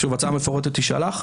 שוב, הצעה מפורטת תישלח.